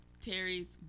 Terry's